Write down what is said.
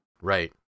Right